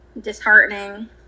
disheartening